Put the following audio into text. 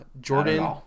Jordan